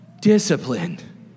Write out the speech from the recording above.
Discipline